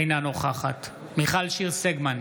אינה נוכחת מיכל שיר סגמן,